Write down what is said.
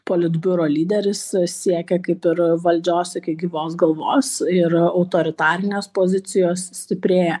politbiuro lyderis sieki kaip ir valdžios iki gyvos galvos ir autoritarinės pozicijos stiprėja